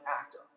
actor